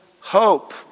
hope